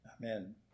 Amen